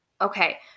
okay